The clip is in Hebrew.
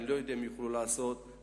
אני לא יודע אם הם יוכלו לעשות את זה,